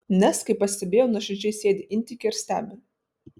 nes kaip pastebėjau nuoširdžiai sėdi intike ir stebi